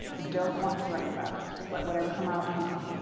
i don't want to write about. just let whatever come out, come out.